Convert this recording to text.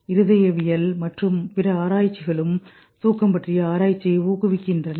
இருதயவியல் மற்றும் பிற ஆராய்ச்சிகளும் தூக்கம் பற்றிய ஆராய்ச்சியை ஊக்குவிக்கின்றன